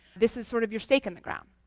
this is sort of your stake in the ground.